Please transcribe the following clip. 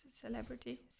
celebrity